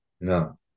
No